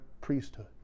priesthood